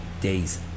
days